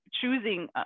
choosing